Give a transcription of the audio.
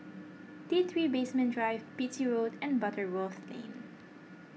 T three Basement Drive Beatty Road and Butterworth Lane